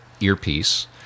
earpiece